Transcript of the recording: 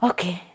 Okay